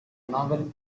naval